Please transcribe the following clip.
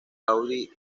audi